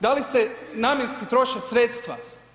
Da li se namjenski troše sredstva?